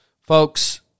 Folks